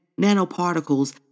nanoparticles